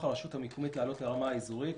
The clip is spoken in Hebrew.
הרשות המקומית ולהעלות לרמה האזורית.